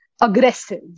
aggressive